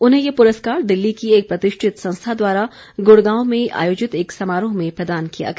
उन्हें ये पुरस्कार दिल्ली की एक प्रतिष्ठित संस्था द्वारा गुड़गांव में आयोजित एक समारोह में प्रदान किया गया